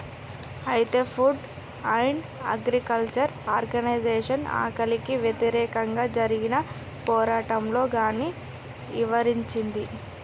అయితే food and agriculture organisation ఆకలికి వ్యతిరేకంగా జరిగిన పోరాటంలో గాన్ని ఇవరించింది